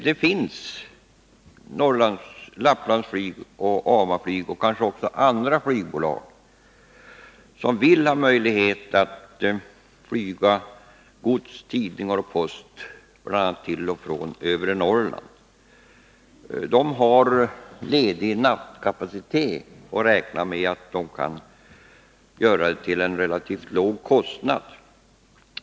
Det finns flygbolag — Lapplandsflyg, AMA Flyg och kanske också andra — som vill ha möjlighet att flyga gods, tidningar och post, bl.a. till och från övre Norrland. De har ledig nattkapacitet och räknar med att de kan göra det till en relativt låg kostnad.